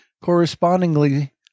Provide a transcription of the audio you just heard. correspondingly